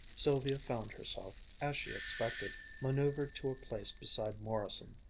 sylvia found herself, as she expected, manoeuvered to a place beside morrison.